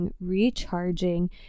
recharging